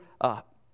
up